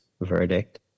verdict